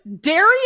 Darius